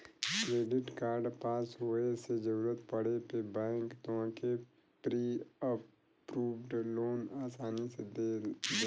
credit card पास होये से जरूरत पड़े पे बैंक तोहके प्री अप्रूव्ड लोन आसानी से दे देला